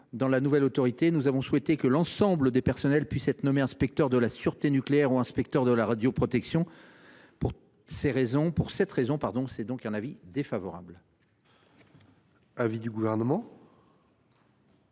dans la nouvelle autorité, nous avons souhaité que l’ensemble des personnels puissent être nommés inspecteurs de la sûreté nucléaire ou inspecteurs de la radioprotection. Pour cette raison, la commission émet un avis défavorable sur cet amendement.